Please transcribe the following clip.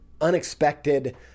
unexpected